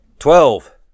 Twelve